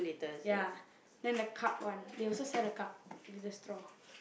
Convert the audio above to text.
ya then the cup one they also sell the cup with the straw